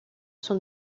son